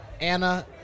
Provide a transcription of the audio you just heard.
Anna